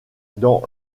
dans